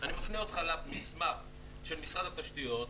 אני מפנה למסמך של משרד התשתיות,